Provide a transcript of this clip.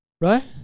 Right